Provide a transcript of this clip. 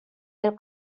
del